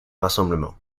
rassemblements